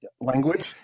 language